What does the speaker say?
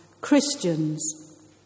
Christians